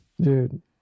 Dude